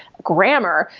grammar,